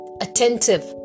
attentive